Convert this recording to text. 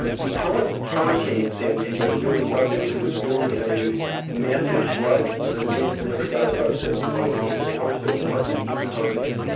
and we call it hurricane sandy but it really wasn't. it was really a massive flood. the winds never got above seventy five miles an hour, so it wasn't even a hurricane.